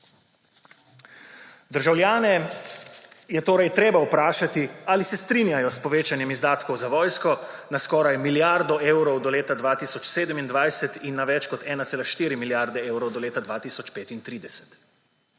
Državljane je torej treba vprašati, ali se strinjajo s povečanjem izdatkov za vojsko na skoraj milijardo evrov do leta 2027 in na več kot 1,4 milijarde evrov do leta 2035